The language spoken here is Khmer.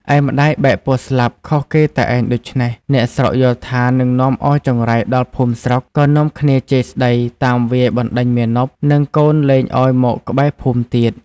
ឯម្ដាយបែកពោះស្លាប់ខុសគេឯងដូច្នេះ អ្នកស្រុកយល់ថានឹងនាំឲ្យចង្រៃដល់ភូមិស្រុក ក៏នាំគ្នាជេរស្ដី តាមវាយបណ្ដេញមាណព និងកូនលែងឲ្យមកក្បែរភូមិទៀត។